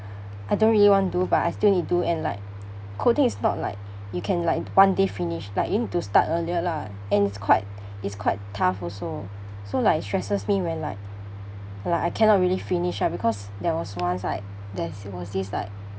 I don't really wanna do but I still need to do and like coding it's not like you can like one day finish like you need to start earlier lah and it's quite it's quite tough also so like it stresses me when like like I cannot really finish ah because there was once like there's was this like